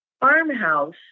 farmhouse